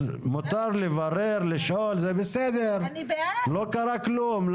אז מותר לברר ולשאול, זה בסדר, לא קרה כלום.